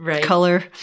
color